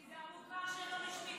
כי זה המוכר שאינו רשמי.